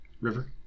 River